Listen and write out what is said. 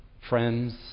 friends